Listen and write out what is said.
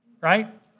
right